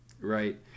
right